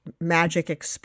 magic